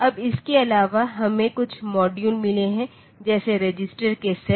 अब इसके अलावा हमें कुछ मॉड्यूल मिले हैं जैसे रजिस्टर के सेट